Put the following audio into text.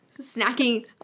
Snacking